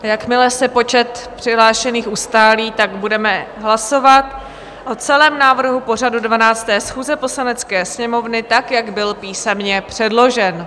Jakmile se počet přihlášených ustálí, budeme hlasovat o celém návrhu pořadu 12. schůze Poslanecké sněmovny, tak jak byl písemně předložen...